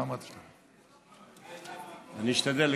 לא אמרתי, אני אשתדל לקצר.